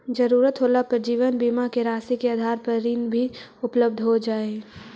ज़रूरत होला पर जीवन बीमा के राशि के आधार पर ऋण भी उपलब्ध हो जा हई